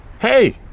Hey